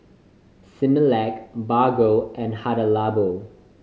Similac Bargo and Hada Labo